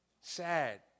Sad